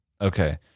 okay